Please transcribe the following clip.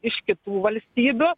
iš kitų valstybių